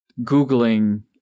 Googling